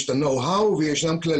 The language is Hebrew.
יש כללים.